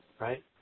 right